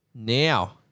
Now